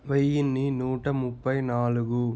వెయ్యిన్ని నూట ముప్పై నాలుగు